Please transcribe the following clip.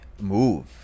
move